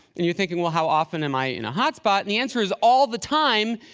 and you're thinking, well, how often am i in a hotspot? the answer is, all the time!